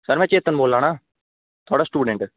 sir में चेतन बोल्ला ना थुआढ़ा स्टूडेंट